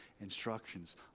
instructions